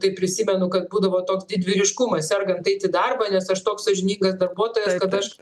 taip prisimenu kad būdavo toks didvyriškumas sergant eit į darbą nes aš toks sąžiningas darbuotojas kad aš